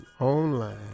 online